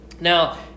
now